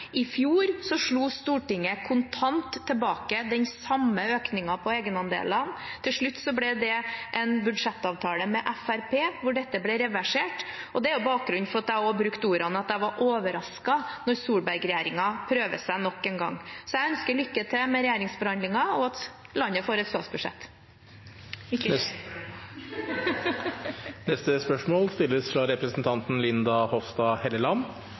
I fjor slo Stortinget kontant tilbake den samme økningen på egenandeler. Til slutt ble det en budsjettavtale med Fremskrittspartiet hvor dette ble reversert. Det er også bakgrunnen for at jeg sa at jeg var overrasket da Solberg-regjeringen prøvde seg nok en gang. Så jeg ønsker lykke til med budsjettforhandlingene og at landet får et statsbudsjett. Vi går da til spørsmål